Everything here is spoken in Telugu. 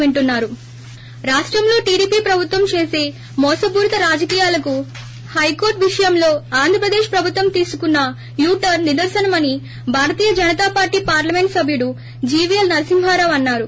బ్రేక్ రాష్టంలో టీడీపీ ప్రభుత్వం చేస మోసపూరిత రాజకీయాలకు హైకోర్టు విషయంలో ఆంధ్రప్రదేశ్ ప్రభుత్వం తీసుకున్న యూటర్స్ నిదర్శనమని భారతీయ జనతా పార్టీ పార్లమెంట్ సభ్యుడు జీవీఎల్ నర్పింహరావు అన్నారు